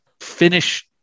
finish